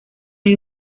hay